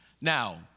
Now